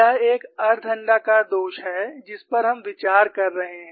यह एक अर्ध अण्डाकार दोष है जिस पर हम विचार कर रहे हैं